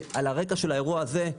על הרקע של האירוע הזה,